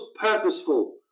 purposeful